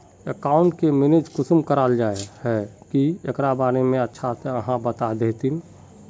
Account के manage कुंसम कराल जाय है की एकरा बारे में अच्छा से आहाँ बता देतहिन?